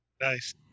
Nice